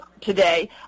today